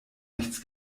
nichts